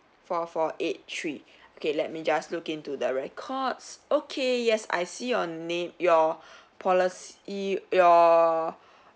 four four eight three okay let me just look into the records okay yes I see your name your policy your